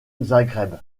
zagreb